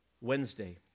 Wednesday